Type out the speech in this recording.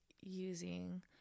using